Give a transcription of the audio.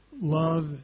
Love